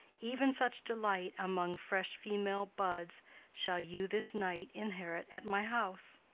even such delight among fresh female buds shall you this night inherit at my house.